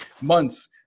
months